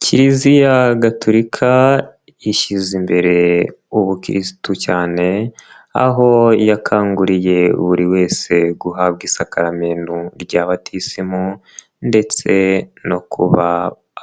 Kiliziya gaturika ishyize imbere ubukirisitu cyane aho yakanguriye buri wese guhabwa isakaramentu rya batisimu ndetse no kuba